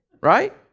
right